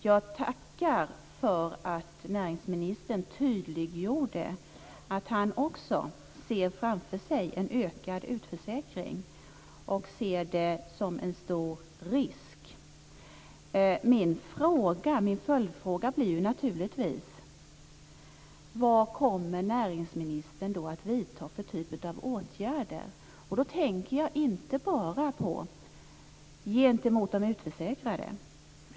Jag tackar för att näringsministern tydliggjorde att han också ser framför sig en ökad utförsäkring och att han ser det som en stor risk. Min följdfråga blir naturligtvis: Vad kommer näringsministern då att vidta för typ av åtgärder? Då tänker jag inte bara på åtgärder gentemot de utförsäkrade.